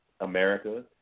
America